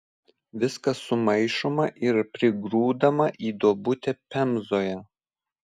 viskas sumaišoma ir prigrūdama į duobutę pemzoje